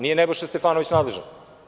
Nije Nebojša Stefanović nadležan.